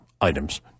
items